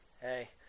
hey